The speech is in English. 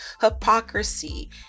hypocrisy